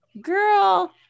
girl